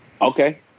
Okay